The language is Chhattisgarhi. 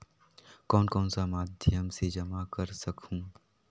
कौन कौन सा माध्यम से जमा कर सखहू?